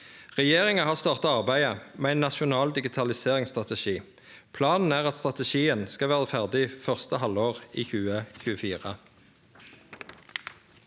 Regjeringa har starta arbeidet med ein nasjonal digitaliseringsstrategi. Planen er at strategien skal vere ferdig første halvår i 2024.